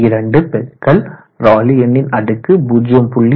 2 பெருக்கல் ராலி எண்ணின் அடுக்கு 0